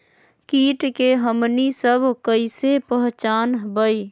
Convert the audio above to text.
किट के हमनी सब कईसे पहचान बई?